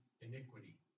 iniquity